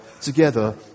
together